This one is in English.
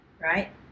right